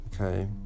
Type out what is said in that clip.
okay